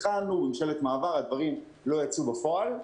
התחלנו, בגלל משלת מעבר הדברים לא יצאו לפועל.